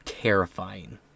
terrifying